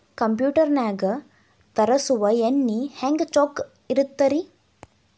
Computer ನಾಗ ತರುಸುವ ಎಣ್ಣಿ ಹೆಂಗ್ ಚೊಕ್ಕ ಇರತ್ತ ರಿ?